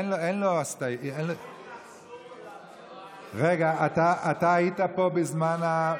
אין לו, רגע, אתה היית פה בזמן?